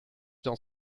dans